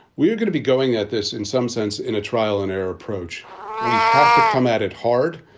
we're going to be going at this in some sense in a trial and error approach we have to come at it hard.